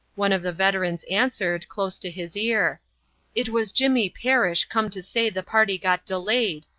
one of the veterans answered, close to his ear it was jimmy parish come to say the party got delayed,